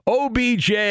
OBJ